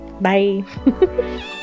Bye